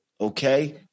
Okay